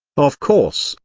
of course,